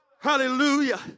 Hallelujah